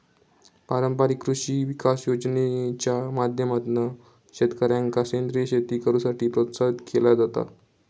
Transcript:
पारंपारिक कृषी विकास योजनेच्या माध्यमातना शेतकऱ्यांका सेंद्रीय शेती करुसाठी प्रोत्साहित केला जाता